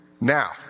Now